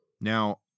Now